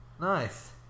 Nice